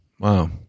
Wow